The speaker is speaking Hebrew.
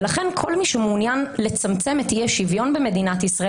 ולכן כל מי שמעוניין לצמצם את אי-השוויון במדינת ישראל